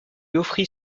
offrit